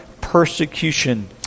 persecution